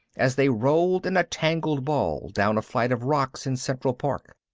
as they rolled in a tangled ball down a flight of rocks in central park.